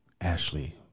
Ashley